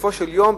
בסופו של יום,